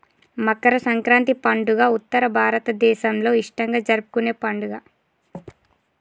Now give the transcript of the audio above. మకర సంక్రాతి పండుగ ఉత్తర భారతదేసంలో ఇష్టంగా జరుపుకునే పండుగ